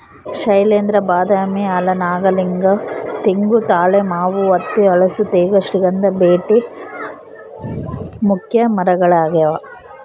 ಶೈಲೇಂದ್ರ ಬಾದಾಮಿ ಆಲ ನಾಗಲಿಂಗ ತೆಂಗು ತಾಳೆ ಮಾವು ಹತ್ತಿ ಹಲಸು ತೇಗ ಶ್ರೀಗಂಧ ಬೀಟೆ ಮುಖ್ಯ ಮರಗಳಾಗ್ಯಾವ